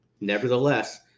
Nevertheless